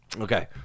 okay